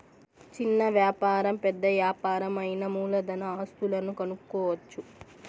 చిన్న వ్యాపారం పెద్ద యాపారం అయినా మూలధన ఆస్తులను కనుక్కోవచ్చు